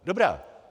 Dobrá.